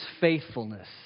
faithfulness